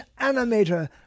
animator